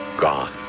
gone